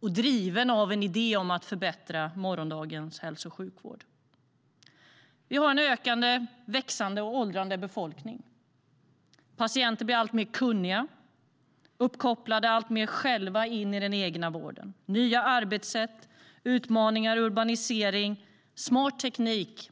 drivna av en idé om att förbättra morgondagens hälso och sjukvård. Vi har en ökande och åldrande befolkning. Patienter blir alltmer kunniga, alltmer uppkopplade själva in i den egna vården. Det är nya arbetssätt, utmaningar, urbanisering och smart teknik.